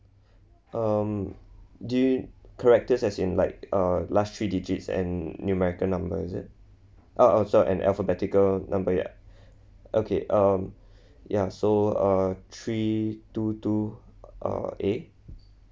um J characters as in like uh last three digits and numerical number is it ah oh sorry and alphabetical number ya okay um ya so err three two two uh a